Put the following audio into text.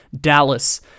Dallas